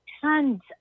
tons